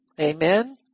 Amen